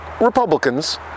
republicans